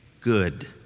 good